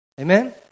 Amen